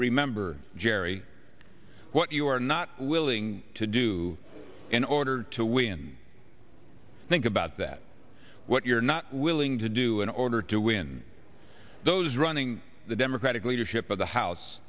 remember jerry what you are not willing to do in order to win think about that what you're not willing to do in order to win those running the democratic leadership of the house